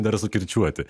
dar sukirčiuoti